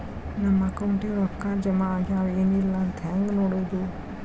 ನಮ್ಮ ಅಕೌಂಟಿಗೆ ರೊಕ್ಕ ಜಮಾ ಆಗ್ಯಾವ ಏನ್ ಇಲ್ಲ ಅಂತ ಹೆಂಗ್ ನೋಡೋದು?